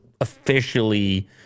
officially